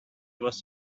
was